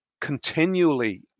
continually